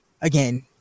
again